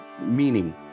meaning